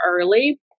early